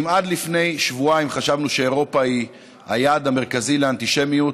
אם עד לפני שבועיים חשבנו שאירופה היא היעד המרכזי לאנטישמיות,